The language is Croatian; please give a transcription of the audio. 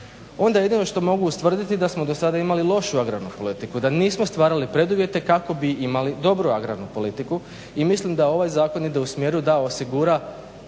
onda jedino što mogu ustvrditi da smo do sada imali lošu agrarnu politiku, da nismo stvarali preduvjete kako bi imali dobru agrarnu politiku i mislim da ovaj zakon ide u smjeru da osigura